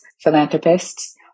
philanthropists